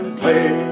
play